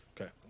okay